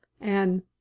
And